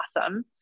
awesome